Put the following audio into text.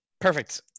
Perfect